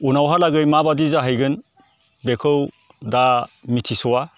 उनावहालागै माबायदि जाहैगोन बेखौ दा मिथिस'आ